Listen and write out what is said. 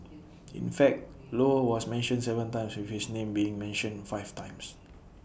in fact low was mentioned Seven times with his name being mentioned five times